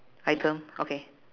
item okay